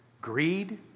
greed